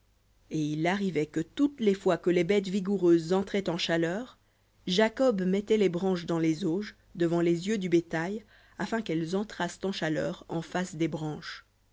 et il arrivait que toutes les fois que les bêtes vigoureuses entraient en chaleur jacob mettait les branches dans les auges devant les yeux du bétail afin qu'elles entrassent en chaleur en face des branches